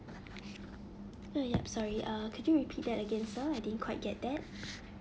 oh yup sorry uh could you repeat that again sir I didn't quite get that